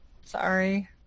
Sorry